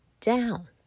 down